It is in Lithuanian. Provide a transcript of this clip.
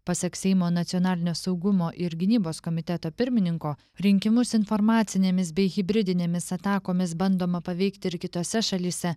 pasak seimo nacionalinio saugumo ir gynybos komiteto pirmininko rinkimus informacinėmis bei hibridinėmis atakomis bandoma paveikti ir kitose šalyse